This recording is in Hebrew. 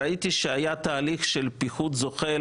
ראיתי שהיה תהליך של פיחות זוחל